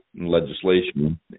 legislation